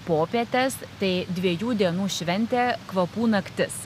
popietes tai dviejų dienų šventė kvapų naktis